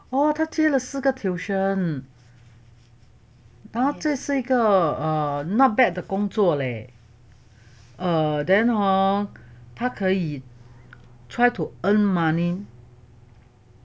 哦他接了四个 tuition 这是一个 err not bad leh 的工作 leh err then hor 他可以 try to earn money